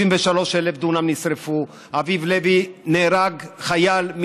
33,000 דונם נשרפו, אביב לביא, חייל,